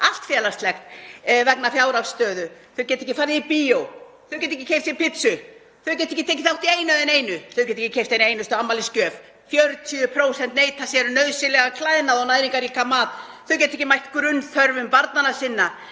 allt félagslegt vegna fjárhagsstöðu, geta ekki farið í bíó, geta ekki keypt sér pítsu, þau geta ekki tekið þátt í einu eða neinu. Þau geta ekki keypt eina einustu afmælisgjöf. 40% neita sér um nauðsynlegan klæðnað og næringarríkan mat. Þau geta ekki mætt grunnþörfum barnanna sinna